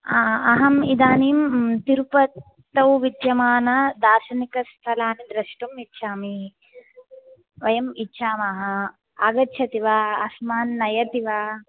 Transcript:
हा अहम् इदानीं तिरुपतौ विद्यमानदार्शनिकस्थलानि द्रष्टुम् इच्छामि वयम् इच्छामः आगच्छति वा अस्मान् नयति वा